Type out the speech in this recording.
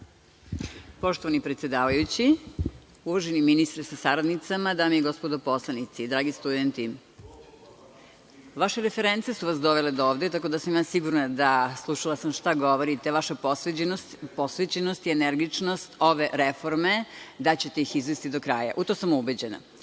Poštovani predsedavajući, uvaženi ministre sa saradnicama, dame i gospodo poslanici, dragi studenti, vaše reference su vas dovele do ovde tako da sam ja sigurna, slušala sam šta govorite, vaša posvećenost i energičnost ove reforme, da ćete ih izvesti do kraja. U to sam ubeđena.Za